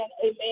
amen